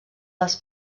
les